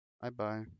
Bye-bye